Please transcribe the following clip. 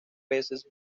peces